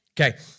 Okay